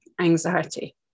anxiety